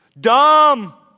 Dumb